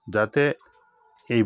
যাতে এই